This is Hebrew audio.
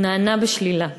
ונענה בשלילה.